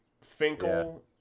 finkel